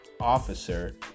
officer